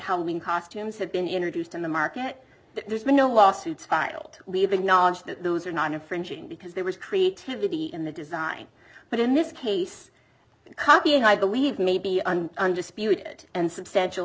when costumes have been introduced in the market there's been no lawsuits filed leaving knowledge that those are not infringing because there was creativity in the design but in this case copying i believe may be an undisputed and substantial